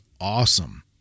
awesome